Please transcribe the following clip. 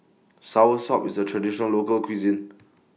Soursop IS A Traditional Local Cuisine